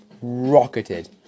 rocketed